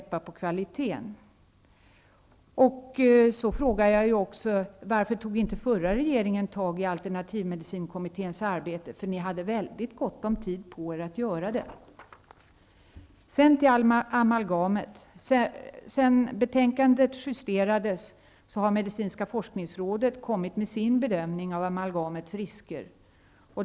Det är viktigt att inte släppa på kvaliteten. Varför tog inte den förra regeringen upp alternativmedicinkommitténs arbete? Ni hade gott om tid på er att göra det. Vidare har vi amalgamet. Sedan betänkandet justerades har medicinska forskningsrådet kommit med sin bedömning av amalgamets risker.